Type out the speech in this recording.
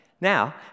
Now